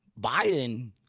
Biden